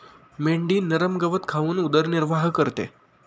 मेंढी नरम गवत खाऊन उदरनिर्वाह करते